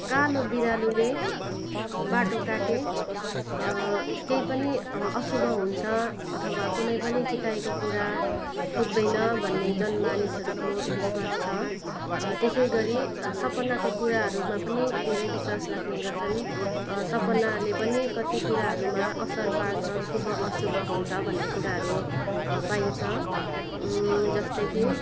कालो बिरालोले बाटो काटे केही पनि अशुभ हुन्छ अथवा कुनै पनि चिताएको कुरा पुग्दैन भन्ने जनमानिसहरूको विश्वास छ त्यसै गरी सपनाको कुराहरूमा पनि धेरै विश्वास राख्ने गर्छन् सपनाले पनि कति कुराहरूमा असर पार्छ शुभ अशुभ हुन्छ भन्ने कुराहरू पाइन्छ जस्तै कि